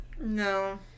No